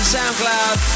SoundCloud